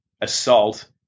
assault